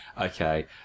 okay